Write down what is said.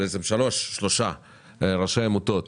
שלושה ראשי עמותות